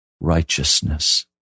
righteousness